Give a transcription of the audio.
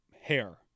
Hair